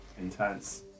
intense